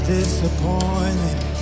disappointing